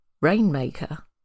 Rainmaker